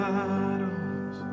battles